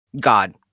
God